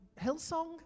Hillsong